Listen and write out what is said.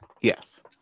Yes